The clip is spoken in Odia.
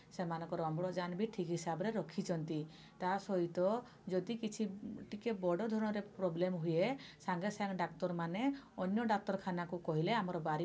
ଡ଼ାକ୍ତରଖାନାରେ ସେମାନଙ୍କର ଅମ୍ଳଜାନ ବି ଠିକ୍ ହିସାବରେ ରଖିଛନ୍ତି ତା ସହିତ ଯଦି କିଛି ଟିକେ ବଡ଼ ଧରଣରେ ପ୍ରୋବଲେମ୍ ହୁଏ ସାଙ୍ଗେ ସାଙ୍ଗେ ଡ଼ାକ୍ତର ମାନେ ଅନ୍ୟ ଡ଼ାକ୍ତରଖାନାକୁ କହିଲେ ଆମର ବାରିପଦା